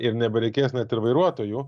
ir nebereikės net ir vairuotojų